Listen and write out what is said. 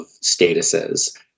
statuses